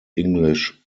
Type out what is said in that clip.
english